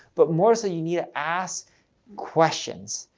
but more so you need to ask questions.